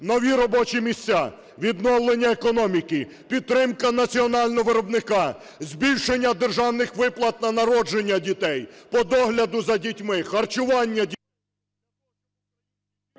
нові робочі місця, відновлення економіки, підтримка національного виробника, збільшення державних виплат на народження дітей, по догляду за дітьми, харчування дітей.